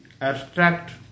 abstract